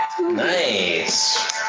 Nice